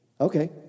Okay